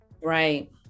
Right